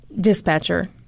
Dispatcher